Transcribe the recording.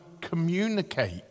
communicate